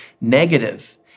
negative